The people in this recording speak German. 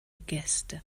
gäste